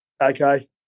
okay